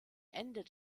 ende